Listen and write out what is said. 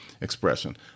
expression